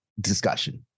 discussion